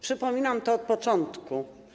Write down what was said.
Przypominam to od początku.